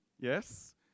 yes